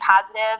positive